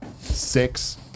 six